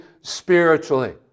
spiritually